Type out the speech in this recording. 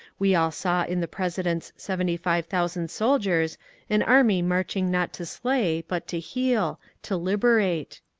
we all saw in the president's seventy-five thousand soldiers an army marching not to slay but to heal, to liberate.